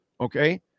Okay